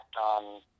on